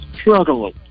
struggling